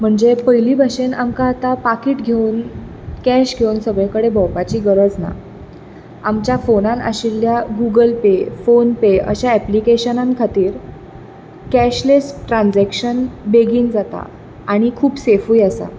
म्हणजे पयली बाशेन आमकां आता पाकीट घेवन कॅश घेवन सगळे कडेन भोंवपाची गरज ना आमच्या फोनान आशिल्या गूगल पे फोन पे अशां एप्लिकेशनां खातीर कॅशलस ट्राज्केशन बेगीन जाता आनी खूब सेफूय आसा